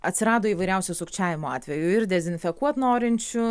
atsirado įvairiausių sukčiavimo atvejų ir dezinfekuot norinčių